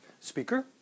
speaker